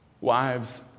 Wives